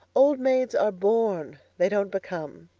old maids are born. they don't become.